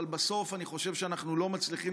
אבל בסוף אני חושב שאנחנו לא מצליחים